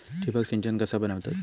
ठिबक सिंचन कसा बनवतत?